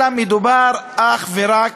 אלא מדובר אך ורק,